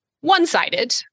One-sided